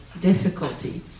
difficulty